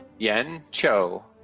yeheun cho,